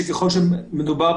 ישמעו ויראו זה את זה,